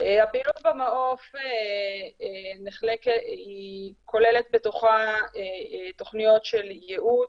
הפעילות במעוף כוללת בתוכה תוכניות של ייעוץ,